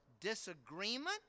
disagreement